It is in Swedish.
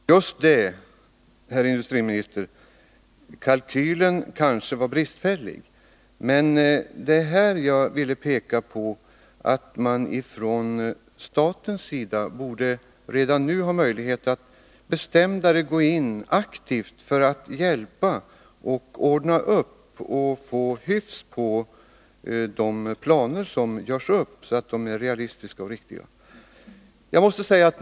Herr talman! Just det, herr industriminister. Kalkylen var kanske bristfällig, men jag ville peka på att staten redan nu borde ha möjlighet att gå in mer bestämt och aktivt för att hjälpa till att ordna upp förhållandena, så att de planer som görs upp blir realistiska.